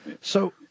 So-